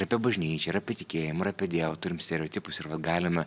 apie bažnyčią ir apie tikėjimą apie dievą turim stereotipus ir vat galime